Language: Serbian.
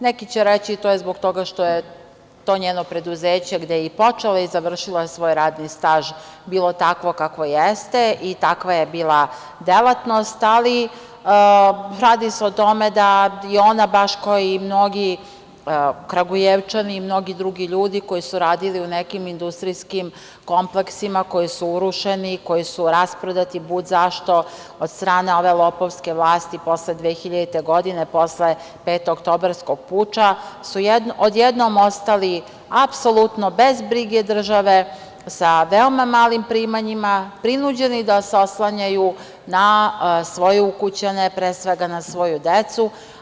Neki će reći to je zbog toga što je to njeno preduzeće gde je i počela i završila svoj radni staž bilo takvo kakvo jeste i takva je bila delatnost, ali radi se o tome da je ona, baš kao i mnogi Kragujevčani i mnogi drugi ljudi koji su radili u nekim industrijskim kompleksima koji su urušeni, koji su rasprodati budzašto od strane ove lopovske vlasti posle 2000. godine, posle petooktobarskog puča, su odjednom ostali apsolutno bez brige države sa veoma malim primanjima, prinuđeni da se oslanjaju na svoje ukućane, pre svega na svoju decu.